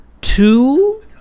two